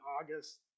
August